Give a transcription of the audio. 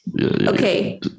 Okay